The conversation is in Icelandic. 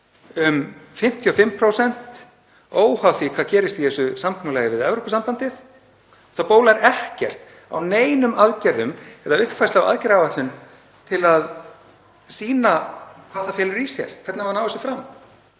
um 55% óháð því hvað gerist í þessu samkomulagi við Evrópusambandið. Það bólar ekki á neinum aðgerðum eða uppfærslu á aðgerðaáætlun til að sýna hvað það felur og hvernig eigi að ná þessu fram.